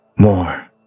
More